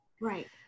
Right